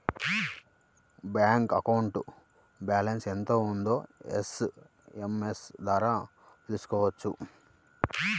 bank అకౌంట్లో balance ఎంత ఉందో ఎస్ఎంఎస్ ద్వారా తెలుసుకోవచ్చు